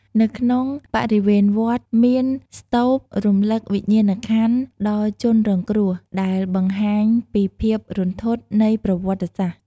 នៅក្នុងបរិវេណវត្ត មានស្តូបរំលឹកវិញ្ញាណក្ខន្ធដល់ជនរងគ្រោះ ដែលបង្ហាញពីភាពរន្ធត់នៃប្រវត្តិសាស្ត្រ។